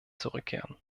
zurückkehren